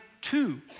two